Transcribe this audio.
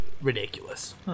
ridiculous